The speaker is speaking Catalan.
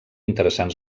interessants